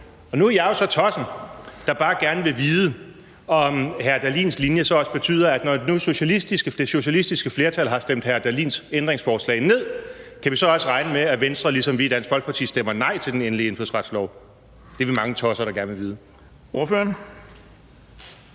Nu er jeg jo så tossen, der bare gerne vil vide, om hr. Morten Dahlins linje så også betyder, at når nu det socialistiske flertal har stemt hr. Morten Dahlins ændringsforslag ned, så kan vi også regne med, at Venstre ligesom vi i Dansk Folkeparti stemmer nej til den endelige indfødsretslov. Det er vi mange tosser der gerne vil vide.